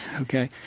Okay